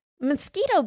mosquito